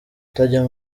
utajya